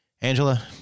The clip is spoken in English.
Angela